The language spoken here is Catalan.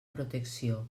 protecció